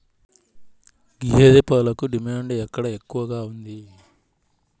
గేదె పాలకు డిమాండ్ ఎక్కడ ఎక్కువగా ఉంది?